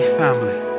family